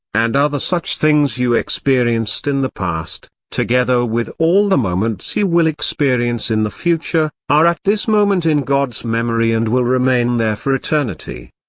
and other such things you experienced in the past, together with all the moments you will experience in the future, are at this moment in god's memory and will remain there for eternity.